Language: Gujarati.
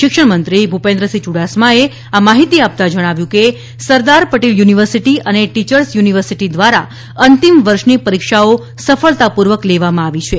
શિક્ષણમંત્રીશ્રી ભુપેન્દ્રસિંહ યુડાસમાએ આ માહિતી આપતા જણાવ્યું કે સરદાર પટેલ યુનિવર્સીટી અને ટી યર્સ યુનિવર્સીટી દ્વારા અંતિમ વર્ષની પરીક્ષાઓ સફળતા પૂર્વક લેવામાં આવી છે